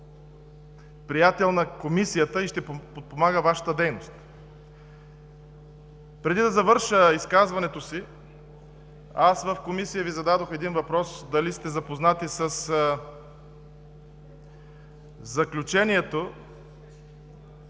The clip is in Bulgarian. приятел на Комисията и ще подпомага Вашата дейност. Преди да завърша изказването си, аз в Комисията Ви зададох въпрос дали сте запознати със заключението